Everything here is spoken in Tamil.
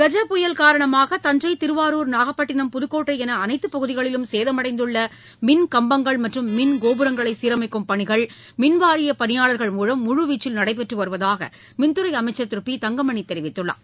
கஜ புயல் காரணமாக தஞ்சை திருவாரூர் நாகப்பட்டினம் புதுக்கோட்டை என அனைத்து பகுதிகளிலும் சேதமடைந்துள்ள மின் கம்பங்கள் மற்றும் மின் கோபுரங்களை சீரமைக்கும் பணிகள் மின்வாரிய பணியாளாகள் மூலம் முழு வீச்சில் நடைபெற்று வருவதாக மின்துறை அமைச்சா் திரு பி தங்கமணி தெரிவித்துள்ளார்